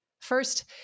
First